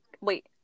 wait